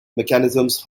mechanisms